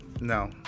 No